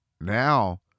now